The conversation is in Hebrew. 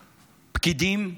פקידים,